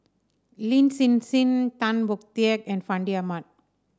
Lin Hsin Hsin Tan Boon Teik and Fandi Ahmad